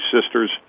Sisters